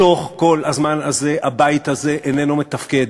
בתוך כל הזמן הזה הבית הזה איננו מתפקד.